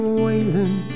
wailing